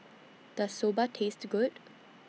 Does Soba Taste Good